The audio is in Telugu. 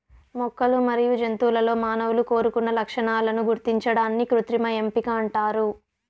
మొక్కలు మరియు జంతువులలో మానవులు కోరుకున్న లక్షణాలను గుర్తించడాన్ని కృత్రిమ ఎంపిక అంటారు